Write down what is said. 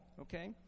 Okay